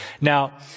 Now